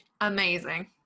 amazing